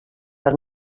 per